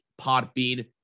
Podbean